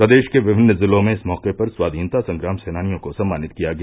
प्रदेश के विभिन्न जिलों में इस मौके पर स्वाधीनता संग्राम सेनानियों को सम्मानित किया गया